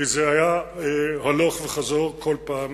כי זה היה הלוך וחזור כל פעם